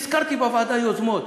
והזכרתי בוועדה יוזמות.